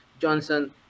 Johnson